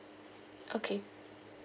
okay